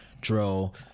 Drill